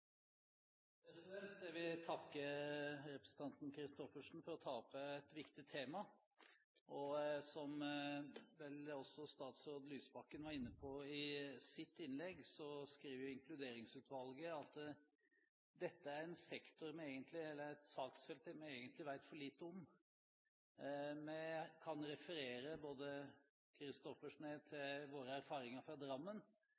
integreringsarbeid. Jeg vil takke representanten Christoffersen for å ta opp et viktig tema. Som vel også statsråd Lysbakken var inne på i sitt innlegg, skriver Inkluderingsutvalget at dette er et saksfelt vi egentlig vet for lite om. Vi kan, både Christoffersen og jeg, referere til våre erfaringer fra Drammen,